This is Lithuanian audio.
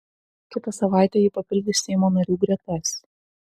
kitą savaitę ji papildys seimo narių gretas